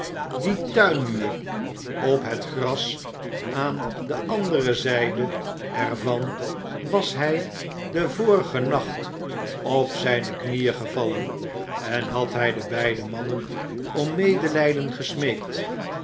die tuinmuur op het gras aan de andere zijde er van was hij den vorigen nacht op zijne knieën gevallen en had hij de beide mannen om medelijden gesmeekt